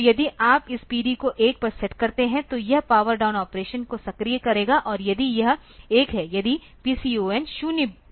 तो यदि आप इस PD को 1 पर सेट करते हैं तो यह पॉवर डाउन ऑपरेशन को सक्रिय करेगा और यदि यह 1 है यदि PCON 0 IDL बिट है